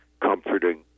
comforting